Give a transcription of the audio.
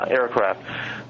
aircraft